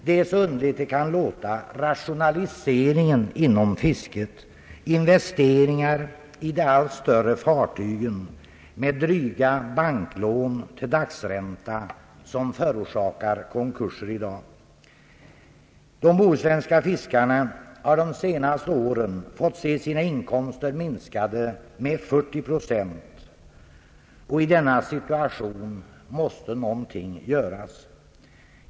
Det är så underligt det kan låta rationaliseringen inom fisket — investeringar i allt större fartyg med dryga banklån till dagsränta — som förorsakar konkurser i dag. De bohuslänska fiskarna har under de senaste åren fått se sina inkomster minskade med 40 procent, och i denna situation måste någonting göras.